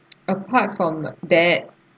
apart from that